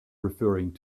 referring